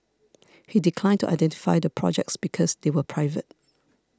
he declined to identify the projects because they were private